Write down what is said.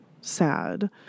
sad